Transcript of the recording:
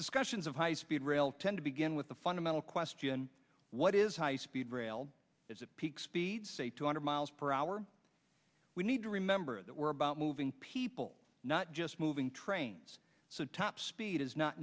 discussions of high speed rail tend to begin with the fundamental question what is high speed rail is a peak speed say two hundred mph we need remember that we're about moving people not just moving trains so top speed is not